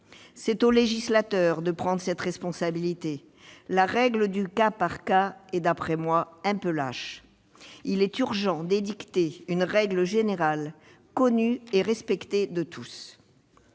C'est au législateur de prendre cette responsabilité. La règle du cas par cas est, selon moi, trop lâche. Il est urgent d'édicter une règle générale, connue et respectée de tous